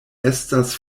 estas